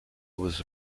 was